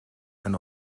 and